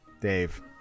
Dave